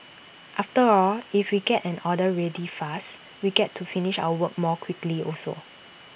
after all if we get an order ready fast we get to finish our work more quickly also